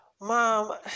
Mom